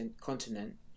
continent